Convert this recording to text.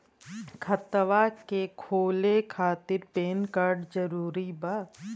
खतवा के खोले खातिर पेन कार्ड जरूरी बा?